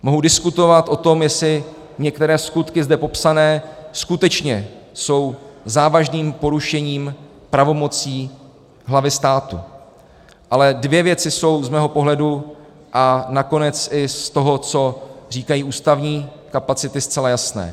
Mohu diskutovat o tom, jestli některé skutky zde popsané jsou skutečně závažným porušením pravomocí hlavy státu, ale dvě věci jsou z mého pohledu, a nakonec i z toho, co říkají ústavní kapacity, zcela jasné.